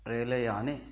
रेलयाने